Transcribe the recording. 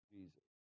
Jesus